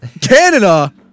Canada